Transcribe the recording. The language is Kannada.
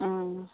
ಹಾಂ